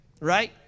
right